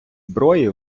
зброї